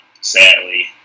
sadly